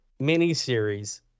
miniseries